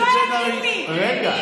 מי אתה בכלל שתדבר אליי ככה?